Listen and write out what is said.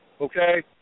Okay